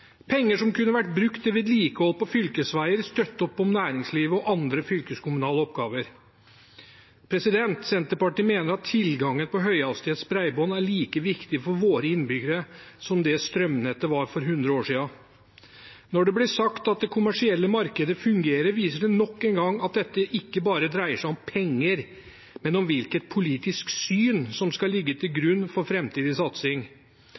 penger som kunne blitt brukt til vedlikehold av fylkesveier, til å støtte opp om næringslivet og til andre fylkeskommunale oppgaver. Senterpartiet mener at tilgangen til høyhastighetsbredbånd er like viktig for våre innbyggere som strømnettet var for 100 år siden. Når det blir sagt at det kommersielle markedet fungerer, viser det nok en gang at dette ikke bare dreier seg om penger, men om hvilket politisk syn som skal ligge til grunn for framtidig satsing.